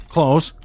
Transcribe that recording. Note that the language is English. Close